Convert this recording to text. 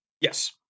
Yes